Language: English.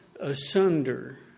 asunder